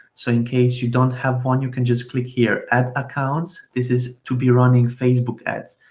so in case you don't have one, you can just click here ad accounts, this is to be running facebook ads.